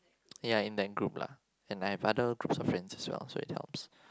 yeah in that group lah and I have other closer friends as well so it helps